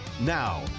Now